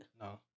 No